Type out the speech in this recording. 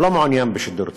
הוא לא מעוניין בשידור ציבורי.